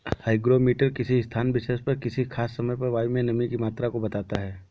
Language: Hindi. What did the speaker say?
हाईग्रोमीटर किसी स्थान विशेष पर किसी खास समय पर वायु में नमी की मात्रा को बताता है